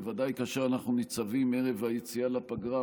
בוודאי כאשר אנחנו ניצבים ערב היציאה לפגרה,